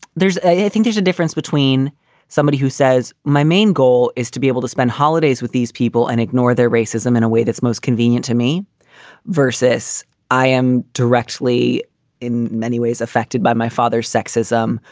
there's a i think there's a difference between somebody who says my main goal is to be able to spend holidays with these people and ignore their racism in a way that's most convenient to me versus i am directly in many ways affected by my father's sexism.